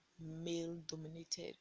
male-dominated